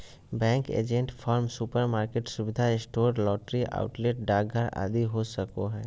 bank agent form, supermarket, सुविधा store, lottery outlet, डाकघर आदि हो सको हइ